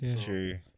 True